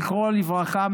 זכרו לברכה,